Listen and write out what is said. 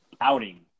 outing